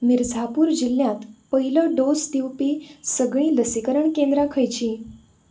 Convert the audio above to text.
मिर्झापूर जिल्ल्यांत पयलो डोस दिवपी सगळीं लसीकरण केंद्रां खंयचीं